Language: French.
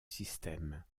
système